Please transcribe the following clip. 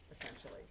essentially